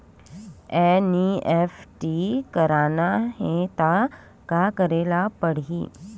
NEFT करना हे त का करे ल पड़हि?